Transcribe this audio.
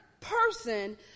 person